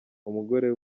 umugore